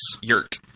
Yurt